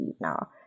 now